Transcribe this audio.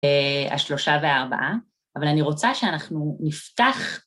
השלושה והארבעה, אבל אני רוצה שאנחנו נפתח